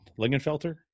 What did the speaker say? Lingenfelter